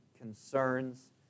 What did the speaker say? concerns